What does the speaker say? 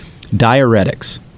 diuretics